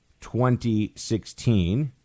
2016